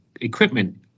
equipment